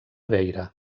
beira